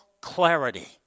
clarity